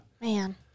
Man